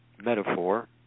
metaphor